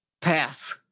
Pass